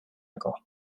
ego